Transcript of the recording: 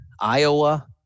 Iowa